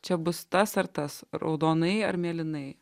čia bus tas ar tas raudonai ar mėlynai